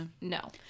No